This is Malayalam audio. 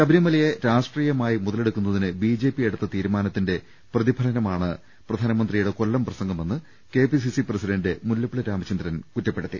ശബരിമലയെ രാഷ്ട്രീയമായി മുതലെടുക്കുന്നതിന് ബി ജെ പി എടുത്ത തീരുമാനത്തിന്റെ പ്രതിഫലനമാണ് പ്രധാനമന്ത്രിയുടെ കൊല്ലം പ്രസംഗമെന്ന് K P C C president Mullappally Ramachandran കുറ്റപ്പെടു ത്തി